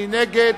מי נגד?